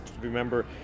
remember